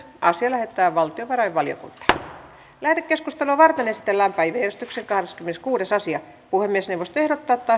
asia lähetetään valtiovarainvaliokuntaan lähetekeskustelua varten esitellään päiväjärjestyksen kahdeskymmeneskuudes asia puhemiesneuvosto ehdottaa että